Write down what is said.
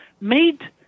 made